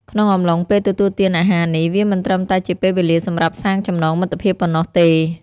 ក្នុងអំឡុងពេលទទួលទានអាហារនេះ វាមិនត្រឹមតែជាពេលវេលាសម្រាប់សាងចំណងមិត្តភាពប៉ុណោះទេ។